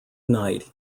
night